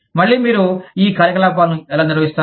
మళ్ళీ మీరు ఈ కార్యకలాపాలను ఎలా నిర్వహిస్తారు